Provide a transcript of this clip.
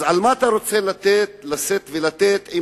אז על מה אתה רוצה לשאת ולתת עם